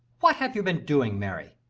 what have you been doing, mary?